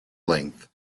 length